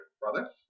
brother